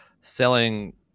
selling